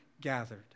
gathered